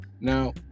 Now